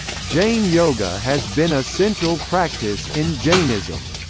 jain yoga has been a central practice in jainism.